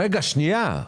רגע, שנייה.